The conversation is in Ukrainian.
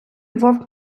вовк